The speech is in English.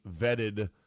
vetted